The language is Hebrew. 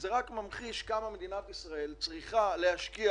זה רק ממחיש כמה מדינת ישראל צריכה להשקיע